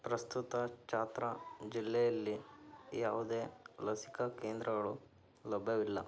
ಪ್ರಸ್ತುತ ಚಾತ್ರಾ ಜಿಲ್ಲೆಯಲ್ಲಿ ಯಾವುದೇ ಲಸಿಕಾ ಕೇಂದ್ರಗಳು ಲಭ್ಯವಿಲ್ಲ